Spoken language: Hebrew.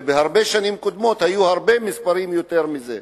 ובהרבה שנים קודמות המספרים היו גבוהים יותר מזה,